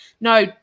no